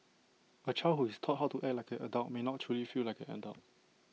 A child who is taught how to act like an adult may not truly feel like an adult